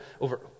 over